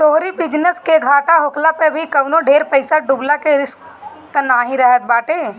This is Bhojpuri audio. तोहरी बिजनेस के घाटा होखला पअ भी कवनो ढेर पईसा डूबला के रिस्क तअ नाइ रहत बाटे